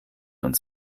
uns